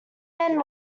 men